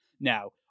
now